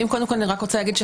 רציתי הבהרה,